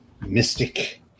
mystic